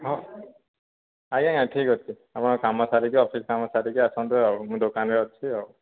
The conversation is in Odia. ହଁ ଆଜ୍ଞା ଆଜ୍ଞା ଠିକ୍ଅଛି ଆପଣ କାମ ସାରିକି ଅଫିସ କାମ ସାରିକି ଆସନ୍ତୁ ଆଉ ମୁଁ ଦୋକାନରେ ଅଛି ଆଉ